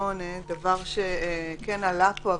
8 דבר שעלה פה,